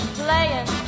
playing